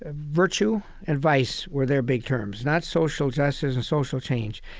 ah virtue, advice were their big terms, not social justice and social change.